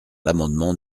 l’amendement